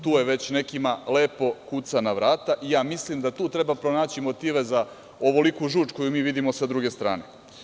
Tu je, već nekima lepo kuca na vrata i mislim da tu treba pronaći motive za ovoliku žuč koju mi vidimo sa druge strane.